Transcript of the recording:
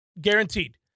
Guaranteed